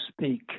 speak